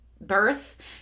birth